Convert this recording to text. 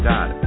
God